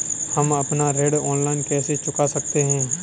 हम अपना ऋण ऑनलाइन कैसे चुका सकते हैं?